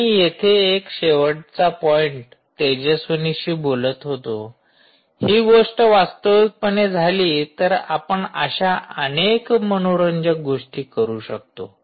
आणि येथे एक शेवटचा पॉईंट तेजस्विनीशी बोलत होतो हि गोष्ट वास्तविकपणे झाली तर आपण अशा अनेक मनोरंजक गोष्टी करू शकतो